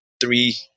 three